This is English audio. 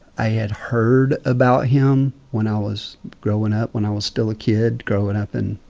i had heard about him when i was growing up, when i was still a kid growing up and